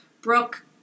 Brooke